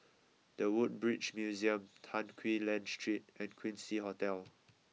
the Woodbridge Museum Tan Quee Lan Street and Quincy Hotel